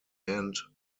end